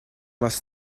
was